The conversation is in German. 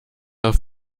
auf